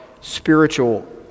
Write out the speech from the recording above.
spiritual